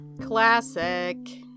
Classic